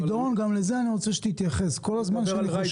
דורון, אני רוצה שתתייחס גם לזה.